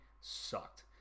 sucked